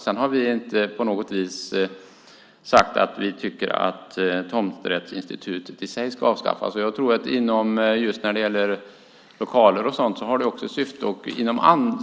Sedan har vi inte på något vis sagt att vi tycker att tomträttsinstitutet i sig ska avskaffas. Just när det gäller lokaler och så vidare har det också ett syfte.